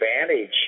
advantage